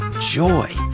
joy